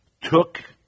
took